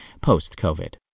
post-COVID